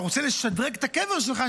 אתה רוצה לשדרג את הקבר שלך,